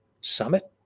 summit